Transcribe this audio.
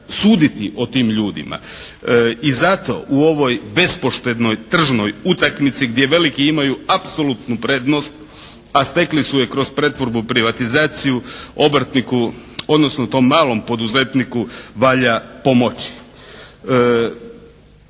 suditi o tim ljudima. I zato u ovoj bespoštednoj tržnoj utakmici gdje veliki imaju apsolutnu prednost a stekli su je kroz pretvorbu, privatizaciju obrtniku odnosno tom malom poduzetniku valja pomoći.